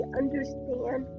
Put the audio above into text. understand